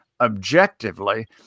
objectively